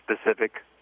specific